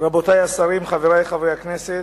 רבותי השרים, חברי חברי הכנסת,